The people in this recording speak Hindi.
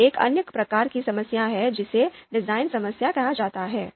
फिर एक अन्य प्रकार की समस्या है जिसे डिज़ाइन समस्या कहा जाता है